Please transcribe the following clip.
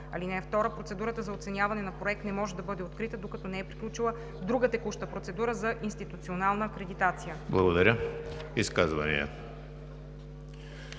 ал. 2: „(2) Процедурата за оценяване на проект не може да бъде открита, докато не е приключила друга текуща процедура за институционална акредитация“.“